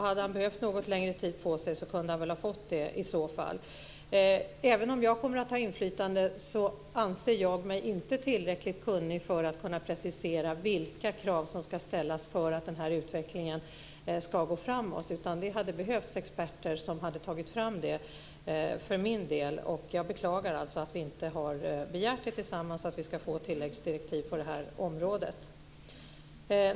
Hade han behövt något längre tid på sig kunde han väl ha fått det också. Även om jag kommer att ha inflytande, anser jag mig inte tillräckligt kunnig för att kunna precisera vilka krav som ska ställas för att den här utvecklingen ska gå framåt. Det hade behövts experter som hade tagit fram det. Jag beklagar alltså att vi inte tillsammans har begärt att vi ska få tilläggsdirektiv på det här området.